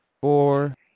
four